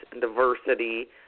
diversity